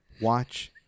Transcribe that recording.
watch